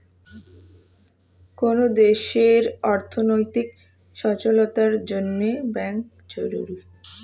কোন দেশের অর্থনৈতিক সচলতার জন্যে ব্যাঙ্ক জরুরি